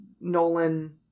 Nolan